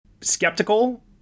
skeptical